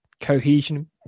cohesion